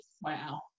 Wow